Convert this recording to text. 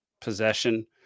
possession